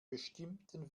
bestimmten